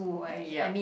mm yup